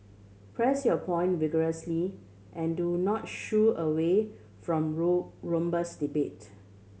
press your point vigorously and do not shu away from robust debate